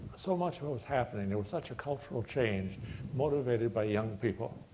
so much but was happening. there was such a cultural change motivated by young people,